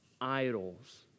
idols